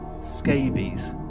scabies